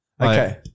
Okay